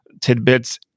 tidbits